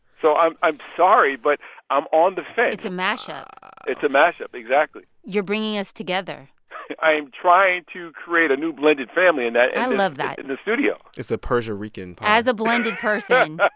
so i'm i'm sorry, but i'm on the fence it's a mash-up it's a mash-up, exactly you're bringing us together i'm trying to create a new, blended family in that. i and love that. in the studio it's a persia-rican pie as a blended person,